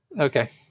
Okay